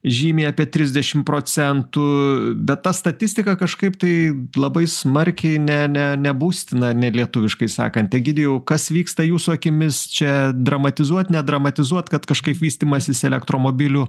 žymiai apie trisdešim procentų bet ta statistika kažkaip tai labai smarkiai ne ne nebūstina nelietuviškai sakant egidijau kas vyksta jūsų akimis čia dramatizuot nedramatizuot kad kažkaip vystymasis elektromobilių